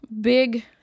big